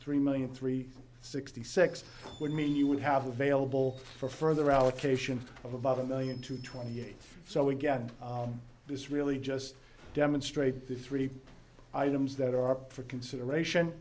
three million three sixty six would mean you would have available for further allocation of about a million to twenty eight so again this really just demonstrates the three items that are for consideration